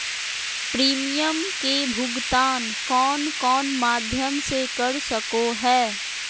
Premium के भुक्तान कौन कौन माध्यम से कर सको है?